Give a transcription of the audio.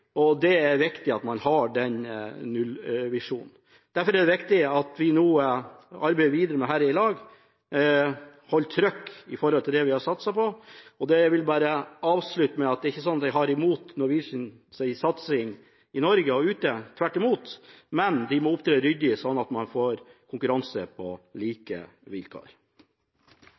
trykk på det vi har satset på. Jeg vil avslutte med å si at det ikke er sånn at jeg har noe imot Norwegians satsing i Norge og ute, tvert imot, men de må opptre ryddig, sånn at man får konkurranse på like vilkår.